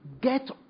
get